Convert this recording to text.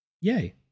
Yay